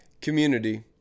community